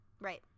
Right